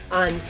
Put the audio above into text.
on